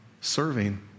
serving